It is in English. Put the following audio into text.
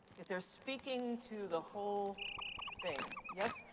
is there speaking to the whole thing? yes?